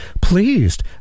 pleased